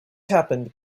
happened